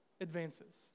advances